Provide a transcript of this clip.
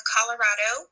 Colorado